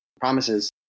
promises